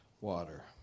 water